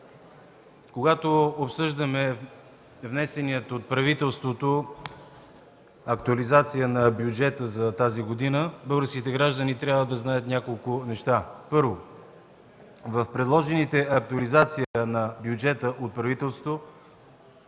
Когато обсъждаме внесената от правителството актуализация на бюджета за тази година, българските граждани трябва да знаят няколко неща. Първо, в предложената от правителството